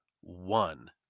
one